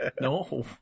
No